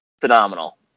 phenomenal